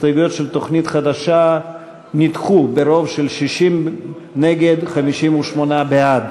ההסתייגויות של תוכנית חדשה נדחו ברוב של 60 נגד ו-58 בעד.